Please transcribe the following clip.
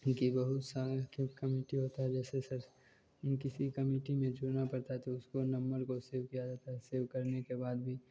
क्योंकि बहुत की कमेटी होता है जैसे किसी कमेटी में जुड़ना पड़ता है तो उसको नम्मर को सेव किया जाता है सेव करने के बाद भी